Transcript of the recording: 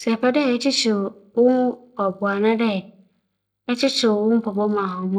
Sɛ epɛ dɛ ekyekyer wo mpabowa a, ma otwar dɛ eyɛ nye dɛ, ebͻhwɛ dɛ ahoma a ͻda